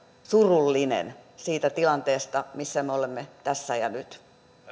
surullinen siitä tilanteesta missä me olemme tässä ja nyt